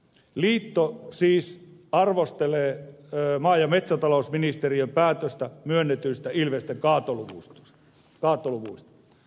liitto siis arvostelee maa ja metsätalousministeriön päätöstä myönnetyistä ilvesten kaatoluvista